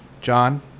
John